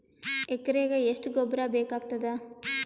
ಎಕರೆಗ ಎಷ್ಟು ಗೊಬ್ಬರ ಬೇಕಾಗತಾದ?